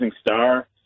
star